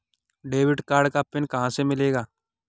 Debit card का PIN कहां से मिलेगा?